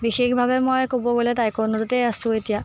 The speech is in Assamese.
বিশেষভাৱে মই ক'ব গ'লে টাইকাণ্ডোতে আছোঁ এতিয়া